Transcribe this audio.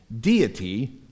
deity